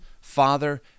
father